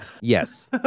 Yes